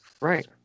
Right